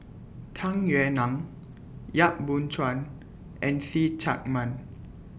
Tung Yue Nang Yap Boon Chuan and See Chak Mun